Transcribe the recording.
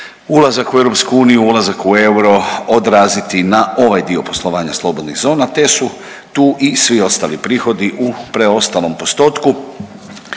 ulazak u EU, ulazak u euro odraziti na ovaj dio poslovanja slobodnih zona, te su tu i svi ostali prihodi u preostalom postotku.